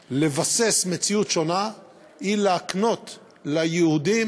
אפשר לבסס מציאות שונה היא להקנות ליהודים